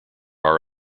are